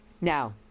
Now